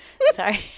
sorry